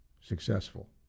Successful